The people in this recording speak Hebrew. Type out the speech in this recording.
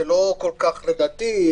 זה לא כל כך ישנה לדעתי,